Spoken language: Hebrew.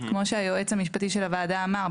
כמו שהיועץ המשפטי של הוועדה אמר,